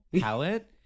palette